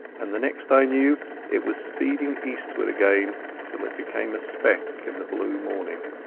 and the next i knew it was speeding eastward again till it became a speck in the blue morning.